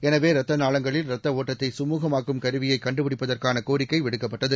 எனவேரத்தநாளங்களில் ரத்தஒட்டத்தைசுமுகமாக்கும் கருவியைக் கண்டுபிடிப்பதற்கானகோரிக்கைவிடுக்கப்பட்டது